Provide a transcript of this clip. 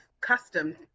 custom